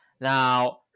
now